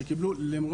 שקיבלו.